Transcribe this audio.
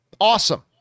Awesome